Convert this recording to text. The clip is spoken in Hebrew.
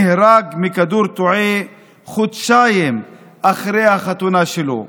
נהרג מכדור תועה, חודשיים אחרי החתונה שלו.